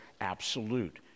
absolute